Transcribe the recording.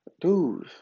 dudes